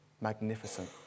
magnificent